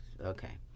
okay